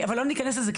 אבל לא ניכנס לזה,